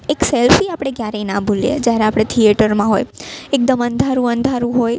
એક સેલ્ફી આપણે ક્યારેય ન ભુલીએ જ્યારે આપણે થિએટરમાં હોય એકદમ અંધારું અંધારું હોય